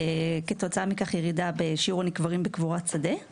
וכתוצאה מכך ירידה בשיעור הנקברים בקבורת שדה-